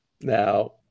Now